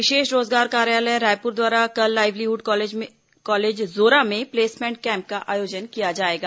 विशेष रोजगार कार्यालय रायपुर द्वारा कल लाईवलीहुड कॉलेज जोरा में प्लेसमेंट कैम्प का आयोजन किया जाएगा